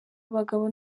abagabo